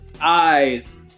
eyes